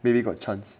maybe got chance